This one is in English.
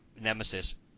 nemesis